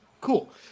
Cool